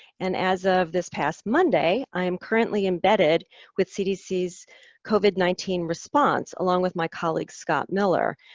and, as of this past monday, i am currently embedded with cdc's covid nineteen response along with my colleague, scott miller,